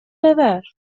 ببر